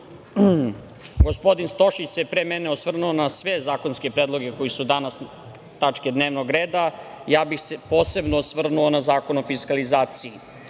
gospodin Stošić se pre mene osvrnuo na sve zakonske predloge koji su danas tačke dnevnog reda, a ja bih se posebno osvrnuo na Zakon o fiskalizaciji. Sve